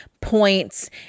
points